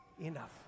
Enough